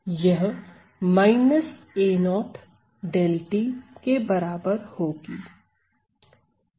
यह a0𝛿 के बराबर होगी